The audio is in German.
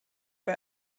bei